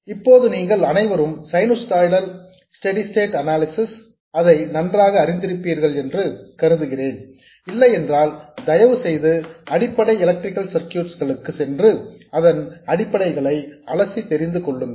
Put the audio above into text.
இப்போது நீங்கள் அனைவரும் சைனுசாய்டல் ஸ்டெடி ஸ்டேட் அனாலிசிஸ் ஐ நன்றாக அறிந்திருப்பீர்கள் என்று கருதுகிறேன் இல்லையென்றால் தயவுசெய்து அடிப்படை எலக்ட்ரிக்கல் சர்க்யூட்ஸ் களுக்கு சென்று அதன் அடிப்படைகளை அலசி தெரிந்து கொள்ளுங்கள்